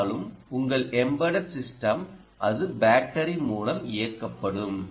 பெரும்பாலும் உங்கள் embedded system அது பேட்டரி மூலம் இயக்கப்படும்